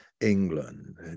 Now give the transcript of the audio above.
England